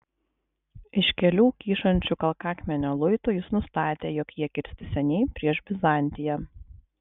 iš kelių kyšančių kalkakmenio luitų jis nustatė jog jie kirsti seniai prieš bizantiją